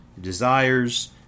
desires